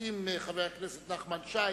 הסכים חבר הכנסת נחמן שי